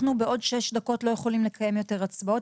אנחנו בעוד שש דקות לא יכולים לקיים יותר הצבעות